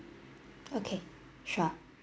okay sure